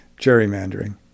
gerrymandering